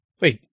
wait